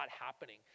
happening